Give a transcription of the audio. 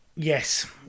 Yes